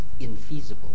infeasible